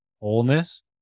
wholeness